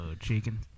Chicken